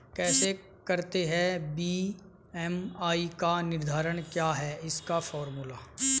कैसे करते हैं बी.एम.आई का निर्धारण क्या है इसका फॉर्मूला?